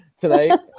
tonight